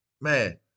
man